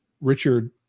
Richard